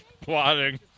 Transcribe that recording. plotting